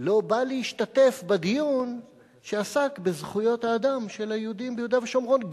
לא בא להשתתף בדיון שעסק בזכויות האדם של היהודים ביהודה ושומרון.